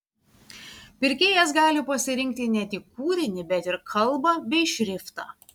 pirkėjas gali pasirinkti ne tik kūrinį bet ir kalbą bei šriftą